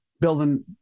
building